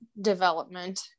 development